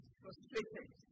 frustrated